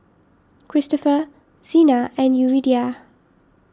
Christopher Zina and Yuridia